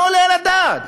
לא עולה על הדעת.